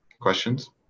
questions